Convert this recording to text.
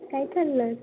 काय खाल्लं